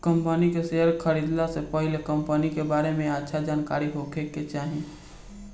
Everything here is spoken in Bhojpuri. कंपनी के शेयर खरीदला से पहिले कंपनी के बारे में अच्छा से जानकारी होखे के चाही